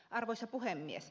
arvoisa puhemies